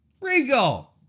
regal